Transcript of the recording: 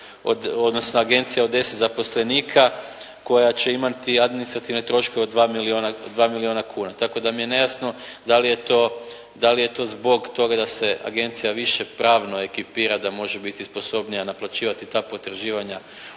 odnosno agencija od 10 zaposlenika koja će imati administrativne troškove od 2 milijuna kuna. Tako da mi je nejasno da li je to, da li je to zbog toga da se agencija više pravno ekipira da može biti sposobnija naplaćivati ta potraživanja